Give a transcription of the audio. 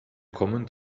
kommen